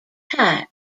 type